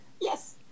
Yes